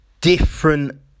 different